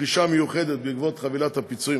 לפרישה מיוחדת בעקבות חבילת הפיצויים.